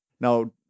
now